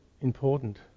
important